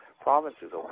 provinces